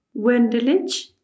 Wendelich